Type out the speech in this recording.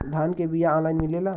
धान के बिया ऑनलाइन मिलेला?